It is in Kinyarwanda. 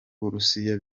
burusiya